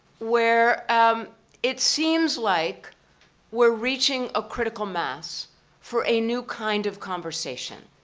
where um it seems like we're reaching a critical mass for a new kind of conversation.